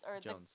Jones